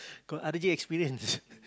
I got r_j experience